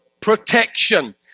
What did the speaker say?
protection